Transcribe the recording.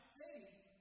faith